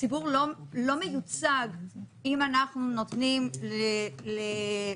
הציבור לא מיוצג אם אנחנו נותנים לתזכיר